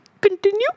Continue